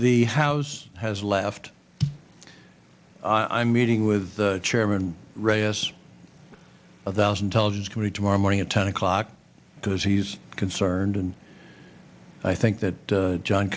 the house has left i'm meeting with the chairman reyes of thousand tell his committee tomorrow morning at ten o'clock because he's concerned and i think that john